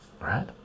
right